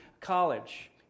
college